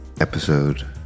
episode